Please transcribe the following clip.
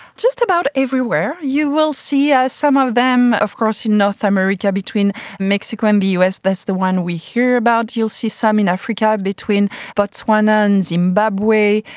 just about everywhere. you will see some of them of course in north america between mexico and the us, that's the one we hear about. you'll see some in africa between botswana and zimbabwe.